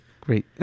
Great